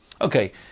Okay